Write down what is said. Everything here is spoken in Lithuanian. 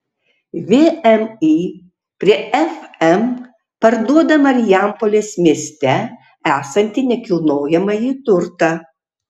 vmi prie fm parduoda marijampolės mieste esantį nekilnojamąjį turtą